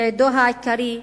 יעדו העיקרי,